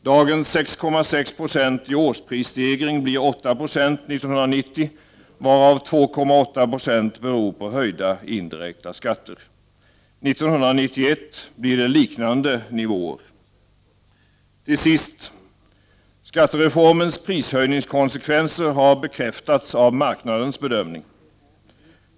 Dagens 6,6 Yo i årsprisstegring blir 8 96 år 1990, varav 2,8 Jo beror på höjda indirekta skatter. 1991 blir det liknande nivåer. Till sist vill jag säga att skattereformens prishöjningskonsekvenser har bekräftats av marknadens bedömning.